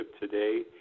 today